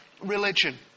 religion